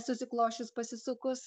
susiklosčius pasisukus